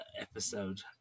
episode